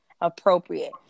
appropriate